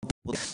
בפרוטוקולים.